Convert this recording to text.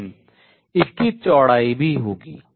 लेकिन इसकी चौड़ाई भी होगी